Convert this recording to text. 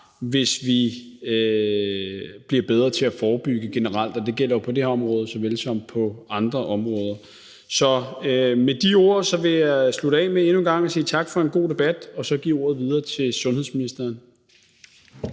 hvis vi bliver bedre til at forebygge generelt. Det gælder på det her område såvel som på andre områder. Så med de ord vil jeg slutte af med endnu en gang at sige tak for en god debat og så give ordet videre til sundhedsministeren.